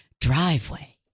driveway